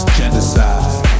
genocide